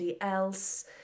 else